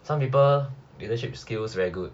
some people leadership skills very good